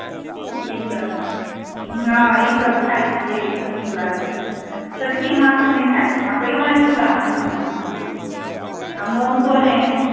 ईसभ हँ ईसभ खाइत छियै ईसभ नीक लागैए छोटकी माँछ हम नहि खाइत छी हमरा कहियो नहि ई छोटका माँछ नीक लागैए आ मासुओ नहि